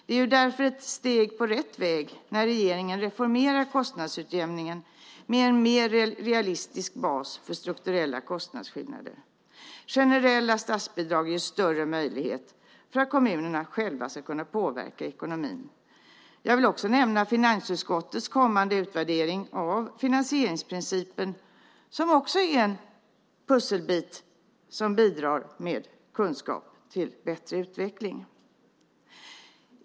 Det är därför ett steg på rätt väg när regeringen reformerar kostnadsutjämningen med en mer realistisk bas för strukturella kostnadsskillnader. Generella statsbidrag ger kommunerna större möjlighet att själva kunna påverka ekonomin. Jag vill också nämna finansutskottets kommande utvärdering av finansieringsprincipen som är en pusselbit som bidrar med kunskap till bättre utveckling.